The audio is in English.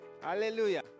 Hallelujah